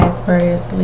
Aquarius